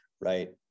right